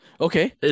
Okay